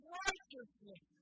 righteousness